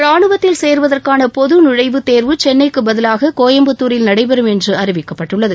ராணுவத்தில் சேர்வதற்கான பொது நுழைவுத்தேர்வு சென்னைக்குப் பதிலாக கோயம்புத்தூரில் நடைபெறும் என்று அறிவிக்கப்பட்டுள்ளது